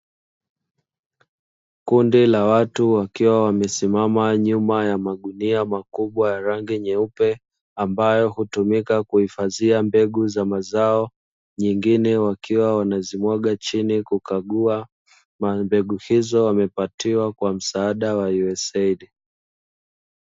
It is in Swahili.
Kundi la watu wakiwa wamesimama nyuma ya magunia makubwa ya rangi nyeupe, ambayo hutumika kuhifadhia mbegu za mazao, nyingine wakiwa wanazimwaga chini kukagua. Mbegu hizo wamepatiwa kwa msada wa "USDAID".